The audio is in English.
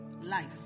Life